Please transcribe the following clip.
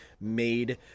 made